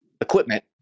equipment